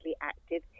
active